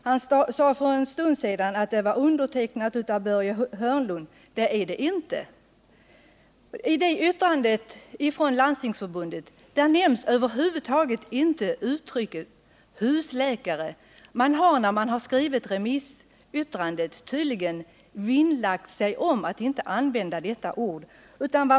Han sade för en stund sedan att det var undertecknat av Börje Hörnlund. Det är det inte. I Landstingsförbundets yttrande används över huvud taget inte uttrycket husläkare. När man skrivit remissyttrandet har man tydligen vinnlagt sig om att inte använda detta ord.